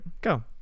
Go